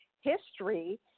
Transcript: history